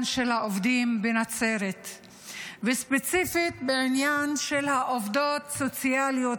של העובדים בנצרת וספציפית בעניין של העובדות הסוציאליות,